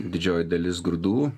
didžioji dalis grūdų